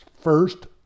first